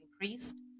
increased